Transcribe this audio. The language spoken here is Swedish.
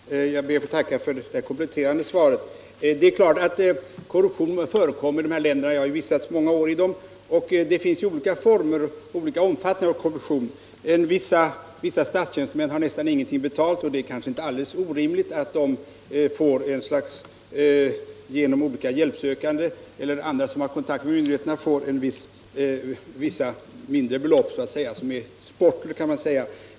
Herr talman! Jag ber att få tacka för detta kompletterande svar. Det är klart att korruption förekommer i dessa länder. Jag har ju vistats många år i dem, och jag vet att korruptionen där har olika former och omfattning. Vissa statstjänstemän har nästan ingen lön, och det är kanske inte alldeles orimligt att de av olika hjälpsökande eller andra som har kontakt med myndigheterna får mindre belopp — man kan kalla det sportler.